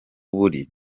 buri